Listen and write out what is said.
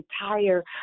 entire